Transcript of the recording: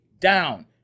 down